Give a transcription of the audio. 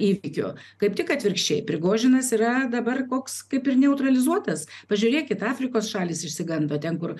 įvykių kaip tik atvirkščiai prigožinas yra dabar koks kaip ir neutralizuotas pažiūrėkit afrikos šalys išsigando ten kur